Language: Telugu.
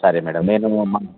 సరే మేడమ్ నేను